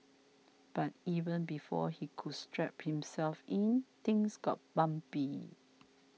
but even before he could strap himself in things got bumpy